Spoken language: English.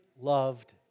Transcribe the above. loved